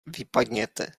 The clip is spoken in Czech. vypadněte